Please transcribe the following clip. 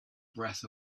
breath